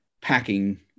packing